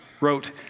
wrote